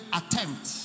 attempt